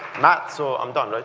matt, so i'm done,